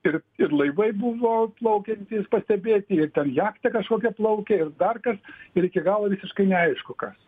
ir ir laivai buvo plaukiantys pastebėti ir ten jachta kažkokia plaukė ir dar kas ir iki galo visiškai neaišku kas